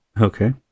Okay